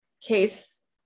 case